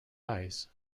eyes